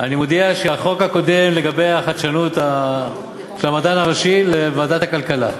אני מודיע שהחוק הקודם לגבי החדשנות והמדען הראשי עובר לוועדת הכלכלה.